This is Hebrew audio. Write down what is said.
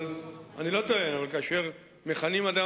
אבל כאשר מכנים אדם,